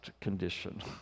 condition